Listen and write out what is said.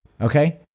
Okay